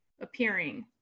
appearing